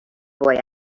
boy